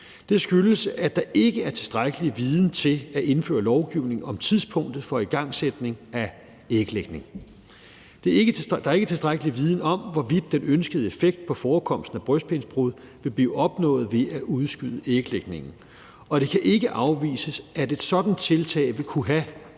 Det skyldes, at der ikke er tilstrækkelig viden til at indføre lovgivning om tidspunktet for igangsætning af æglægning. Der er ikke tilstrækkelig viden om, hvorvidt den ønskede effekt på forekomsten af brystbensbrud vil blive opnået ved at udskyde æglægningen. Og det kan ikke afvises, at et sådant tiltag vil kunne have